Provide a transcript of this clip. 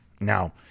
now